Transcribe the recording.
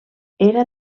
era